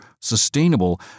sustainable